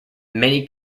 many